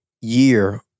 year